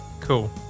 Cool